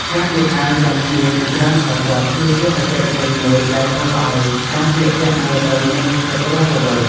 ការពាក់អាវជាន់គ្នាជាច្រើនស្រទាប់ គឺជាបច្ចេកទេសមួយដែលធ្វើឱ្យការស្លៀកពាក់មើលទៅមានភាពរស់រវើក។